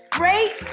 great